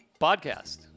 podcast